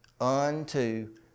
unto